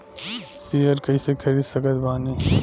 Share कइसे खरीद सकत बानी?